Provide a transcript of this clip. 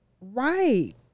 Right